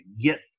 get